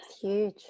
huge